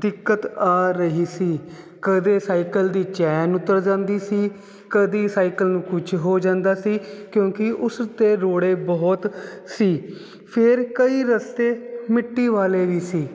ਦਿੱਕਤ ਆ ਰਹੀ ਸੀ ਕਦੇ ਸਾਈਕਲ ਦੀ ਚੈਨ ਉਤਰ ਜਾਂਦੀ ਸੀ ਕਦੀ ਸਾਈਕਲ ਨੂੰ ਕੁਝ ਹੋ ਜਾਂਦਾ ਸੀ ਕਿਉਂਕਿ ਉਸ 'ਤੇ ਰੋੜੇ ਬਹੁਤ ਸੀ ਫਿਰ ਕਈ ਰਸਤੇ ਮਿੱਟੀ ਵਾਲੇ ਵੀ ਸੀ